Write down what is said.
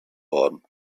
worden